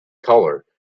color